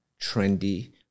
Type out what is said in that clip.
trendy